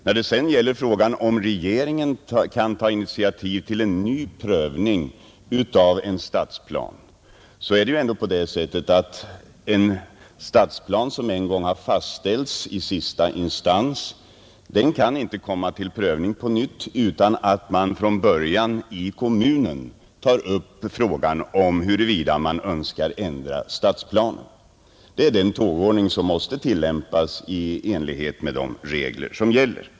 När det sedan gäller frågan om regeringen kan ta initiativ till en ny prövning av en stadsplan är det ändå på det sättet, att en stadsplan som en gång har fastställts i sista instans kan inte komma till prövning på nytt utan att man i kommunen tar upp frågan om huruvida man önskar ändra stadsplanen. Det är den tågordning som måste tillämpas i enlighet med de regler som gäller.